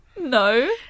No